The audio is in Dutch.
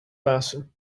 pasen